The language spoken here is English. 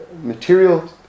material